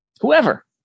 Whoever